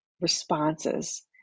responses